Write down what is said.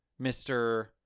Mr